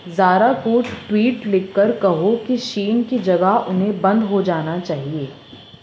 زارا کو ٹویٹ لکھ کر کہو کہ شین کی جگہ انہیں بند ہو جانا چاہیے